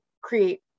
create